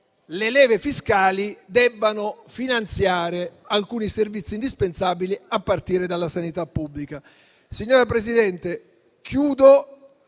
le leve fiscali debbano finanziare alcuni servizi indispensabili, a partire dalla sanità pubblica. Signora Presidente, chiudo